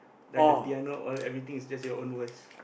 like the piano all everything is just your own voice